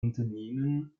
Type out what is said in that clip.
unternehmen